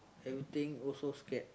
everything also scared